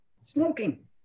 smoking